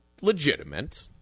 legitimate